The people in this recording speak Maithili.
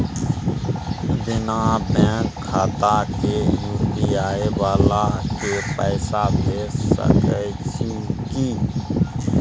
बिना बैंक खाता के यु.पी.आई वाला के पैसा भेज सकै छिए की?